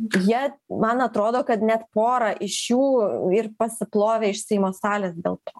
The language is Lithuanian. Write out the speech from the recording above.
jie man atrodo kad net pora iš jų ir pasiplovė iš seimo salės dėl to